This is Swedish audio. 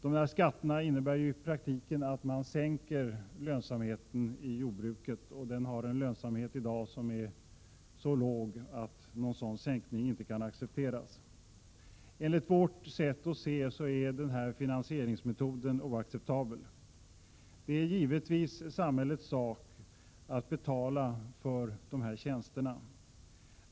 Dessa skatter innebär ju i praktiken att lönsamheten i jordbruket sänks, och jordbruket har en så låg lönsamhet att denna finansieringsmetod enligt vårt sätt att se är helt oacceptabel. Det är givetvis samhällets sak att betala för dessa tjänster.